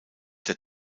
der